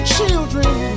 Children